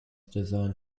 designed